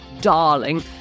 darling